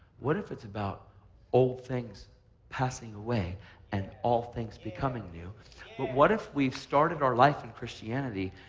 what if it's about old things passing away and all things becoming new? but what if we've started our life in christianity,